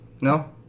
No